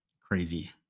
crazy